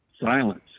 silence